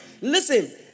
listen